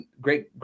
great